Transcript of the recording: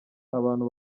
abantu